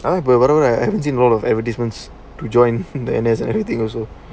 ஆனாஇப்பவரவர:aana ipa vara vara enroll of advertisements to join in the as everything also